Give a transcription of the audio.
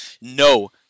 no